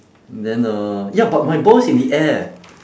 then uh ya but my ball is in the air